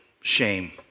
shame